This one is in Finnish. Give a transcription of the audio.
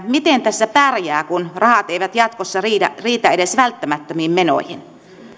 miten tässä pärjää kun rahat eivät jatkossa riitä riitä edes välttämättömiin menoihin